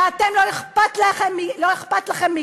ואתם, לא אכפת לכם מהם.